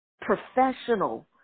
professional